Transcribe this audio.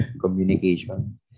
communication